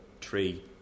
tree